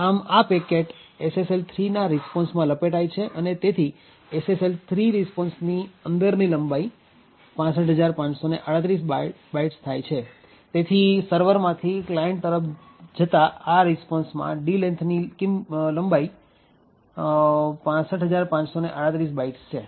આમ આ packet SSL 3ના રિસ્પોન્સ માં લપેટાય છે અને તેથી તેની SSL 3 રીસ્પોન્સની અંદરની લંબાઈ ૬૫૫૩૮ બાઇટ્સ થાય છે જેથી સર્વરમાંથી ક્લાયન્ટ તરફ જતા આ રિસ્પોન્સમાં d lengthની કિંમત ૬૫૫૩૮ બાઇટ્સ છે